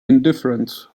indifferent